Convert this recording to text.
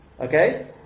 okay